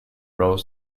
rowe